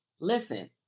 Listen